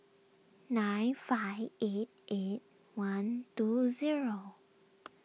nine five eight eight one two zero